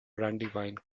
brandywine